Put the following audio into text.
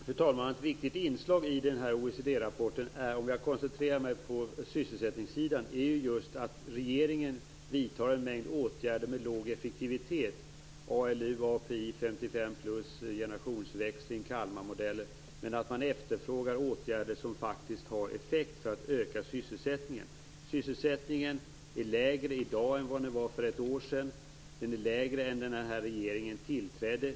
Fru talman! Ett viktigt inslag i OECD-rapporten är, om jag koncentrerar mig på sysselsättningssidan, just att regeringen vidtar en mängd åtgärder med låg effektivitet, såsom ALU, API, 55-plus, generationsväxling och Kalmarmodeller, och att man efterfrågar åtgärder som faktiskt har effekt för att öka sysselsättningen. Sysselsättningen är lägre i dag än vad den var för ett år sedan. Den är lägre än den var när den här regeringen tillträdde.